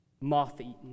Moth-eaten